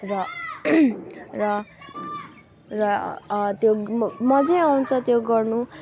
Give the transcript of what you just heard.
र र र र त्यो मजा आउँछ त्यो गर्नु